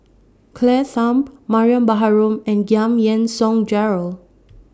Claire Tham Mariam Baharom and Giam Yean Song Gerald